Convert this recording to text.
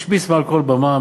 השמיץ מעל כל במה,